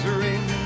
ring